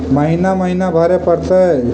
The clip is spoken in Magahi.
महिना महिना भरे परतैय?